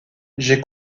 j’ai